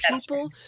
people